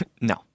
No